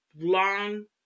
long